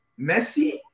Messi